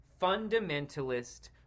fundamentalist